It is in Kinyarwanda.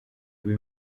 ibi